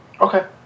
Okay